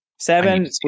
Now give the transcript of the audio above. Seven